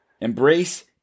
Embrace